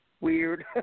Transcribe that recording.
weird